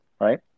right